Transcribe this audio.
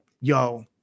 yo